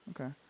okay